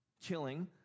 killing